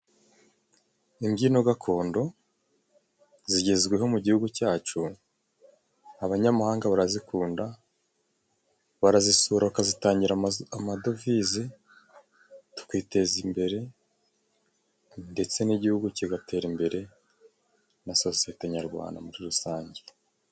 Imbyino gakondo zigezweho mu gihugu cyacu, abanyamahanga barazikunda, barazisura bakazitangira amadovize, tukiteza imbere, ndetse n'igihugu kigatera imbere, na sosiyete Nyarwanda muri rusange.